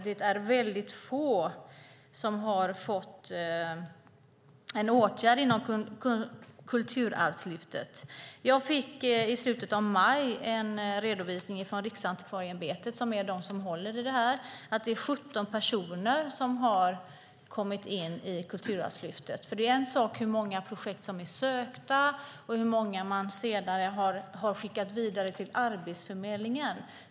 Det är väldigt få som har fått en åtgärd inom Kulturarvslyftet. Jag fick i slutet av maj en redovisning från Riksantikvarieämbetet, som är den som håller i detta, att det är 17 personer som har kommit in i Kulturarvslyftet. Det är en sak hur många projekt som är sökta och hur många man senare har skickat vidare till Arbetsförmedlingen.